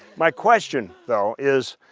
my question though is